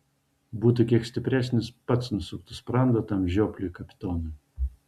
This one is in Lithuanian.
būtų kiek stipresnis pats nusuktų sprandą tam žiopliui kapitonui